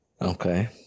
Okay